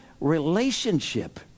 relationship